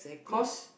cause